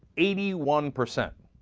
eighty one percent